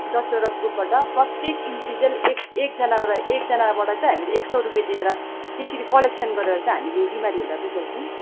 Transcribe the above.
दसवटा ग्रुपबाट प्रत्येक इन्डिभिजुअल एक एकजनाबाट एकजनाबाट चाहिँ हामीले एकसय रुपियाँ दिएर त्यसरी कलेक्सन गरेर चाहिँ हामीले बिमारीहरूलाई बुझाउँछौँ